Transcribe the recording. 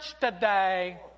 today